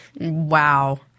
Wow